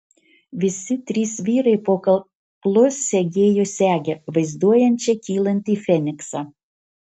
visi trys vyrai po kaklu segėjo segę vaizduojančią kylantį feniksą